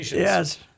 Yes